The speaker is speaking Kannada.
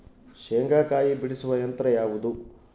ಶೇಂಗಾಕಾಯಿ ಬಿಡಿಸುವ ಯಂತ್ರ ಯಾವುದು?